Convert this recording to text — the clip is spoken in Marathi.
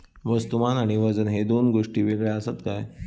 वस्तुमान आणि वजन हे दोन गोष्टी वेगळे आसत काय?